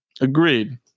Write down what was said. Agreed